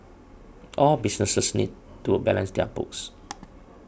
all businesses need to a balance their books